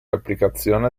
applicazione